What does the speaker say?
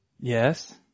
Yes